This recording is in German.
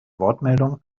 wortmeldung